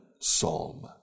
psalm